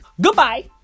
goodbye